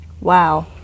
Wow